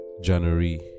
January